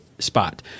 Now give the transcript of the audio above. spot